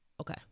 Okay